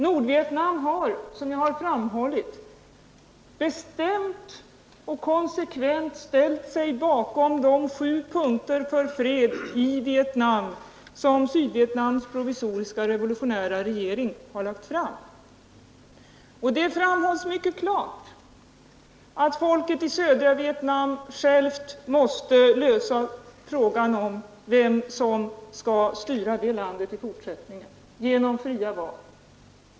Nordvietnam har, som jag har framhållit, bestämt och konsekvent ställt sig bakom de sju punkter för fred i Vietnam som Sydvietnams provisoriska revolutionära regering har lagt fram. Där framhålls mycket klart att folket i södra Vietnam självt genom fria val måste lösa frågan om vem som skall styra det landet i fortsättningen.